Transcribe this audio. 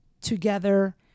together